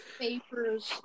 Papers